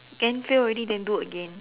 then fail already then do again